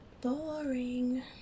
Boring